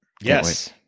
Yes